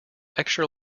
extra